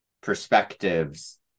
perspectives